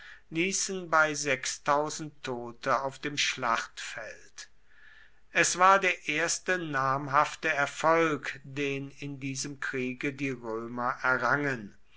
ließen bei tote auf dem schlachtfeld es war der erste namhafte erfolg den in diesem kriege die römer errangen